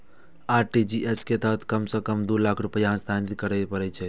RTGS के तहत कम सं कम दू लाख रुपैया हस्तांतरित करय पड़ै छै